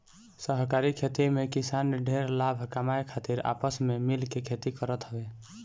सहकारी खेती में किसान ढेर लाभ कमाए खातिर आपस में मिल के खेती करत हवे